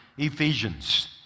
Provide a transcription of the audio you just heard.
Ephesians